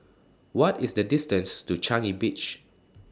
What IS The distance to Changi Beach